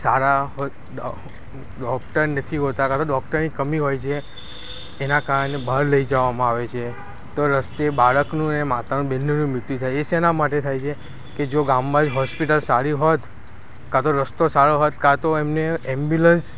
સારા doctor નથી હોતા કાં તો ડોક્ટરની કમી હોય છે એનાં કારણે બહાર લઈ જવામાં આવે છે તો રસ્તે બાળકનું અને માતાનું બંનેનું મૃત્યુ થાય છે એ શેના માટે થાય છે કે જો ગામમાં જ હોસ્પિટલ સારી હોત કાં તો રસ્તો સારો હોય કાં તો એમને એમ્બ્યુલન્સ